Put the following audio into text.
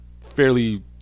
fairly